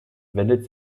wendet